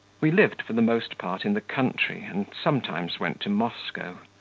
we lived for the most part in the country, and sometimes went to moscow.